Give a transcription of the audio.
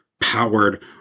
powered